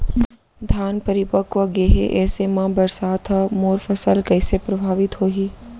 धान परिपक्व गेहे ऐसे म बरसात ह मोर फसल कइसे प्रभावित होही?